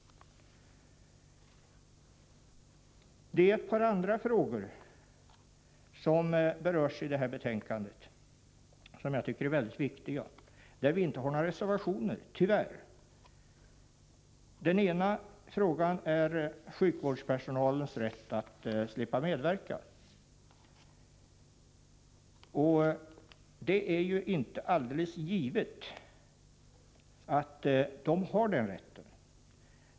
Ett par andra frågor som berörs i betänkandet tycker jag är mycket väsentliga. Tyvärr har vi inte några reservationer där. Den ena frågan är sjukvårdspersonalens rätt att slippa medverka vid abort. Det är inte alldeles givet att personalen har den rätten.